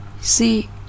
see